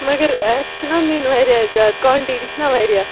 مگر اَسہِ چھُنا نِنۍ وارِیاہ زیادٕ کانٛٹِٹی چھِنا وارِیاہ